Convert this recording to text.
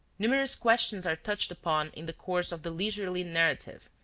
numerous questions are touched upon in the course of the leisurely narrative,